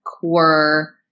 core